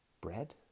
bread